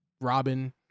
Robin